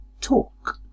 talk